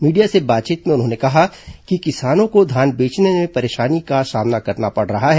media से बातचीत में उन्होंने कहा कि किसानों को धान बेचने में परेशानी का सामना करना पड़ रहा है